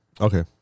Okay